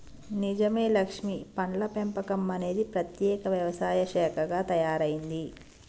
నిజమే లక్ష్మీ పండ్ల పెంపకం అనేది ప్రత్యేక వ్యవసాయ శాఖగా తయారైంది